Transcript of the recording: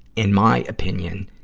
in my opinion,